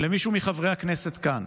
אם למישהו מחברי הכנסת כאן